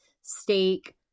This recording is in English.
steak